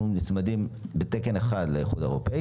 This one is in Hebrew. אנחנו נצמדים בתקן אחד לאיחוד האירופי